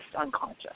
unconscious